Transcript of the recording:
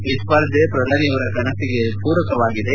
ಈ ಸ್ಪರ್ಧೆ ಪ್ರಧಾನಿ ಅವರ ಕನಸಿಗೆ ಪೂರಕವಾಗಿದೆ